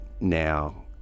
now